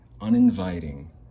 uninviting